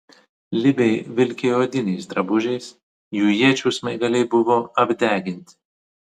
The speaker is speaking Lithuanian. libiai vilkėjo odiniais drabužiais jų iečių smaigaliai buvo apdeginti